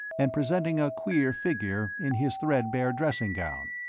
and presenting a queer figure in his threadbare dressing gown.